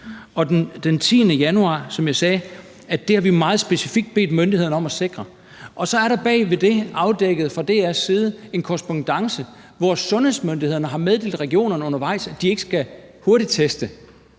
Den 10. januar sagde hun: Det har vi meget specifikt bedt myndighederne om at sikre. Bag ved det er der afdækket fra DR's side en korrespondance, hvor sundhedsmyndighederne har meddelt regionerne undervejs, at de ikke skal hurtigteste.